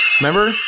Remember